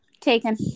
Taken